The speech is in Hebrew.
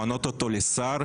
למנות אותו לשר.